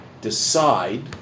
decide